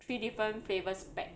three different flavours pack